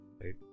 right